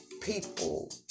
people